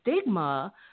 stigma